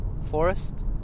Forest